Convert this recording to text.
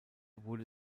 wurde